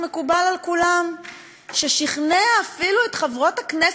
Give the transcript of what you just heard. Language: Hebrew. ששכנע אפילו את חברות הכנסת הליברליות בקואליציה,